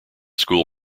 school